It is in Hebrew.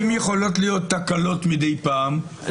אם יכולות להיות תקלות מדי פעם,